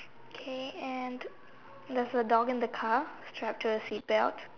okay and there's a dog in the car trapped with seat belt